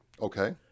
Okay